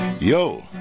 Yo